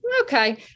Okay